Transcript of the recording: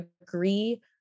agree